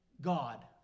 God